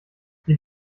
die